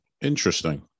Interesting